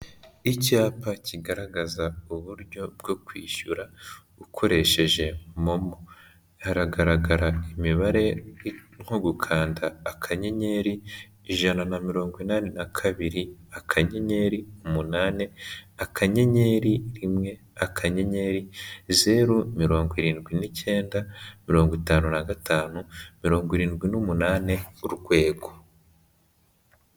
Icyapa kigaragaza uburyo bwo kwishyura ukoresheje momo, hagaragara imibare nko gukanda akanyenyeri, ijana na mirongo inani na kabiri, akanyenyeri umunani, akanyenyeri rimwe, akanyenyeri zeru mirongo irindwi n'cyenda, mirongo itanu na gatanu, mirongo irindwi n'umunani, urwego.